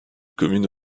commune